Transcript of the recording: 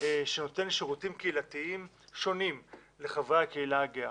שנותן שירותים קהילתיים שונים לחברי הקהילה הגאה.